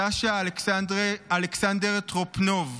סשה אלכסנדר טרופנוב,